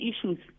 issues